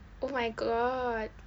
oh my god